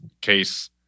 case